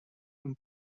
اون